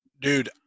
Dude